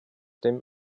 dem